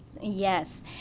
Yes